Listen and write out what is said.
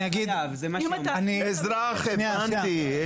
אני אגיד --- אזרח הבנתי,